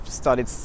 started